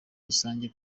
rusange